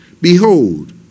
Behold